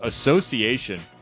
Association